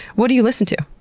what do you listen to?